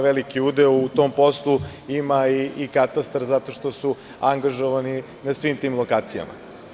Veliki udeo u tom poslu ima i katastar, zato što su angažovani na svim tim lokacijama.